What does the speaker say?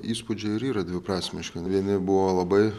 įspūdžiai ir yra dviprasmiški vieni buvo labai